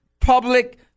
public